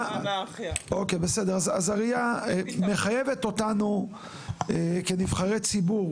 אוקיי, אז הראייה מחייבת אותנו כנבחרי ציבור